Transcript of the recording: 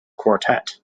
quartet